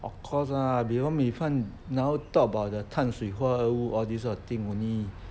of course lah you know 米饭 now talk about 碳水化合物 all these kind of thing only